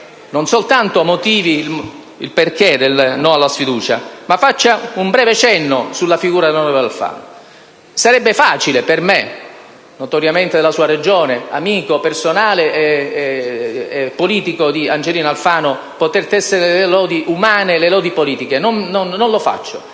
non soltanto motivi le ragioni del no alla sfiducia, ma faccia un breve cenno sulla figura dell'onorevole Alfano. Sarebbe facile per me, notoriamente della sua Regione, amico personale e politico di Angelino Alfano, poterne tessere le lodi umane e politiche. Non lo faccio.